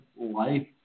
Life